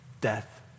Death